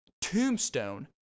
Tombstone